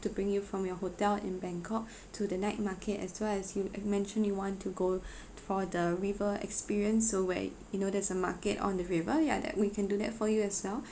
to bring you from your hotel in bangkok to the night market as well as you have mentioned you want to go t~ for the river experience so where you know there's a market on the river yeah that we can do that for you as well